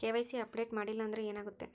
KYC update ಮಾಡಿಲ್ಲ ಅಂದ್ರೆ ಏನಾಗುತ್ತೆ?